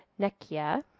Nekia